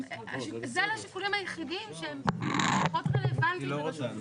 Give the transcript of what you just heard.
אלה השיקולים היחידים שהם פחות רלוונטיים לרשות מקומית.